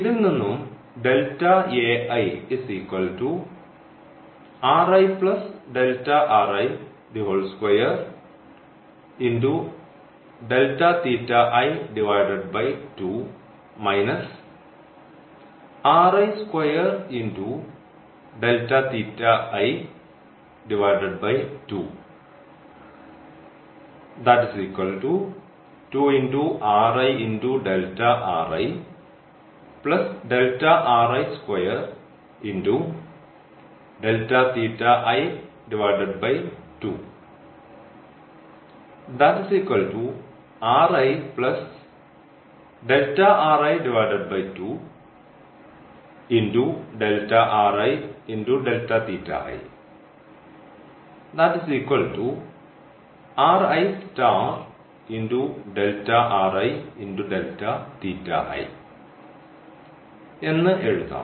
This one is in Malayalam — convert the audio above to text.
ഇതിൽ നിന്നും എന്ന് എഴുതാം